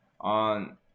on